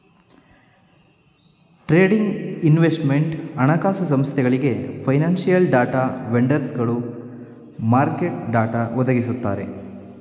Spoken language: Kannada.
ಟ್ರೇಡಿಂಗ್, ಇನ್ವೆಸ್ಟ್ಮೆಂಟ್, ಹಣಕಾಸು ಸಂಸ್ಥೆಗಳಿಗೆ, ಫೈನಾನ್ಸಿಯಲ್ ಡಾಟಾ ವೆಂಡರ್ಸ್ಗಳು ಮಾರ್ಕೆಟ್ ಡಾಟಾ ಒದಗಿಸುತ್ತಾರೆ